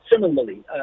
Similarly